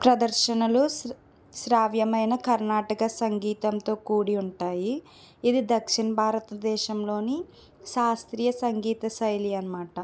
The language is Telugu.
ప్రదర్శనలు శ్రా శ్రావ్యమైన కర్ణాటక సంగీతంతో కూడి ఉంటాయి ఇది దక్షిణ భారతదేశంలోని శాస్త్రీయ సంగీత శైలి అనమాట